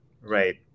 Right